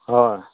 হয়